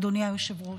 אדוני היושב-ראש.